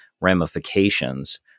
ramifications